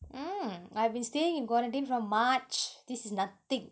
mm I've been staying in quarantine from march this is nothing